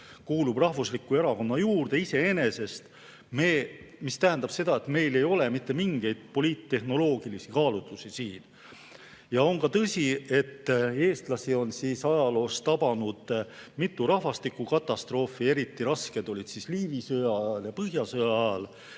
kuulub rahvusliku erakonna juurde iseenesest, mis tähendab seda, et meil ei ole mitte mingeid poliittehnoloogilisi kaalutlusi siin. On tõsi, et eestlasi on ajaloos tabanud mitu rahvastikukatastroofi, eriti rasked olid Liivi sõja ja Põhjasõja ajal.